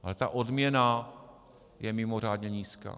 Ale ta odměna je mimořádně nízká.